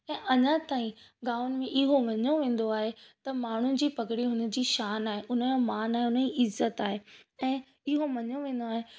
या अञा ताईं गांवनि में इहो मञियो वेंदो आहे त माण्हुनि जी पगड़ी हुन जी शान आहे उन जो मान आहे उन जी इज़्ज़त आहे ऐं इहो मञियो वेंदो आहे